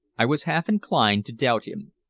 i was half inclined to doubt him.